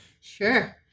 Sure